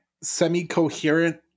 semi-coherent